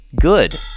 Good